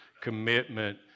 commitment